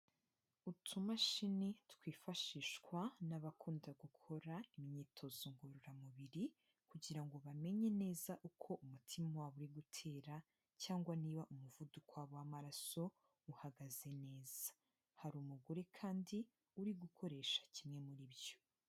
Utumashini twifashishwa n'abakunda gukora imyitozo ngororamubiri, kugira ngo bamenye neza uko umutima wa uri gutera, cyangwa niba umuvuduko w'amaraso uhagaze neza. Hari umugore kandi uri gukoresha kimwe muri byo.